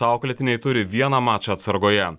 auklėtiniai turi vieną mačą atsargoje